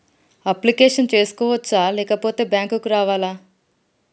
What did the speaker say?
Application చేసుకోవచ్చా లేకపోతే bank రావాలా?